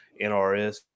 NRS